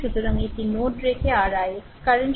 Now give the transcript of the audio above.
সুতরাং এটি নোড রেখে r ix কারেন্ট